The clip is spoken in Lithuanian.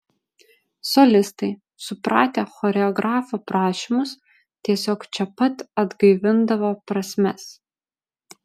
solistai supratę choreografo prašymus tiesiog čia pat atgaivindavo prasmes